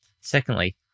Secondly